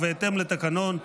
ובהתאם לתקנון,